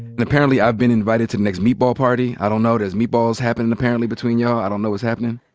and apparently i've been invited to the next meatball party. i don't know. there's meatballs happenin' apparently between y'all. i don't know what's happenin'.